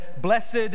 blessed